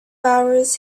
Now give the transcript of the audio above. hours